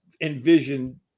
envision